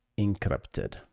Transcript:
encrypted